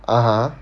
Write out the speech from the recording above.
(uh huh)